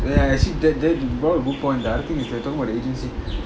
ya ya actually that that brought up a good point the other thing is they're talking about the agency